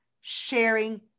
sharing